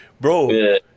Bro